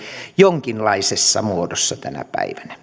jonkinlaisessa muodossa tänä päivänä